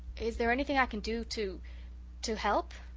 is there anything i can do to to help?